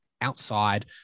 outside